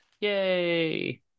Yay